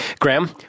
Graham